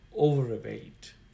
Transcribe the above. overweight